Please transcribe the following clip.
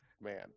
man